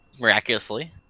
Miraculously